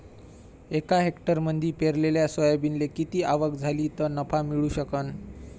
एका हेक्टरमंदी पेरलेल्या सोयाबीनले किती आवक झाली तं नफा मिळू शकन?